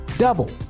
Double